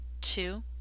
two